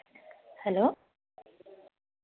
hello